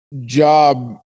job